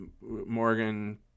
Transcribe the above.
Morgan